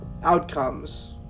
outcomes